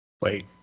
Wait